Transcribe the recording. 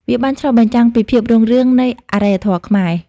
វាបានឆ្លុះបញ្ចាំងពីភាពរុងរឿងនៃអរិយធម៌ខ្មែរ។